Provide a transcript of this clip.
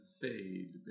fade